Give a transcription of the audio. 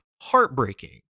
heartbreaking